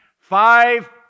five